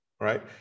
right